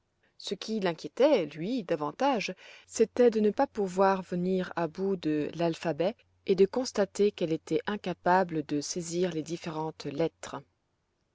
ce qui l'inquiétait lui davantage c'était de ne pas pouvoir venir à bout de l'alphabet et de constater qu'elle était incapable de saisir les différentes lettres